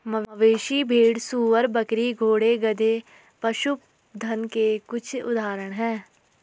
मवेशी, भेड़, सूअर, बकरी, घोड़े, गधे, पशुधन के कुछ उदाहरण हैं